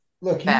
Look